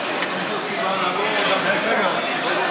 ביטחון חמורה)